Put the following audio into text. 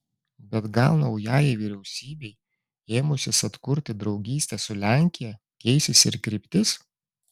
bet gal naujajai vyriausybei ėmusis atkurti draugystę su lenkija keisis ir kryptis